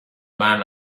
man